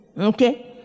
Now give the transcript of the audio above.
Okay